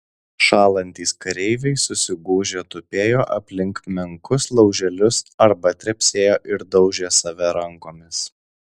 šąlantys kareiviai susigūžę tupėjo aplink menkus lauželius arba trepsėjo ir daužė save rankomis